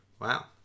Wow